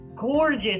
gorgeous